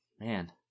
Man